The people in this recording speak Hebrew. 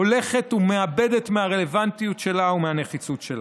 הולכת ומאבדת מהרלוונטיות ומהנחיצות שלה.